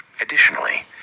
Additionally